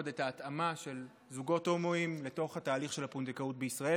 את ההתאמה של זוגות הומואים לתהליך של הפונדקאות בישראל,